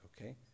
okay